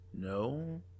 No